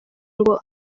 ngo